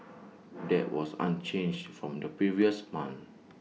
that was unchanged from the previous month